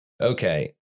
okay